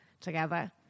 together